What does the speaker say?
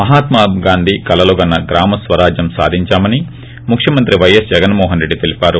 మహాత్మాగాంధీ కలలు కన్న గ్రామ స్వరాజ్వం సాధించామని ముఖ్యమంత్రి పైఎస్ జగన్మోహన్రెడ్డి తెలిపారు